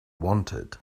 wanted